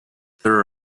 there